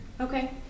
okay